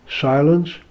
silence